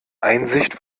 einsicht